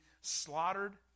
slaughtered